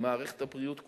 למערכת הבריאות.